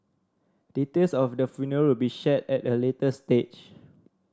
details of the funeral will be shared at a later stage